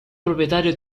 proprietario